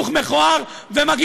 והחיוך שלך הוא חיוך מכוער ומגעיל.